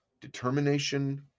determination